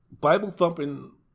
Bible-thumping